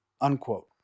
unquote